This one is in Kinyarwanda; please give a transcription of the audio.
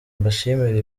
mbashimire